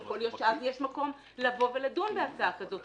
יכול להיות שאז יהיה מקום לבוא ולדון בהצעה כזו.